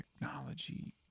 technology